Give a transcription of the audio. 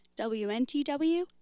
WNTW